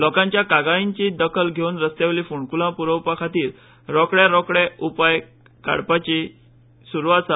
लोकांच्या कागाळींची दखल घेवन रस्त्यां वयलीं फोंडकुलां पुरोवपा खातीर रोखड्या रोखडी उपाय येवजण सुरू आसा